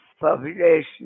population